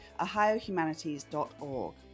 ohiohumanities.org